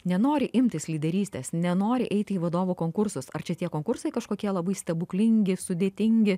nenori imtis lyderystės nenori eiti į vadovų konkursus ar čia tie konkursai kažkokie labai stebuklingi sudėtingi